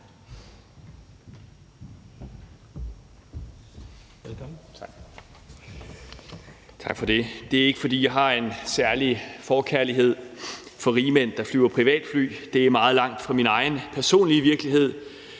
Tak for det. Det er ikke, fordi jeg har en særlig forkærlighed for rigmænd, der flyver privatfly. Det er meget langt fra min egen personlige virkelighed,